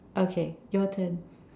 okay your turn